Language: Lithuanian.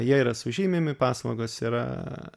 jie yra sužymimi paslaugos yra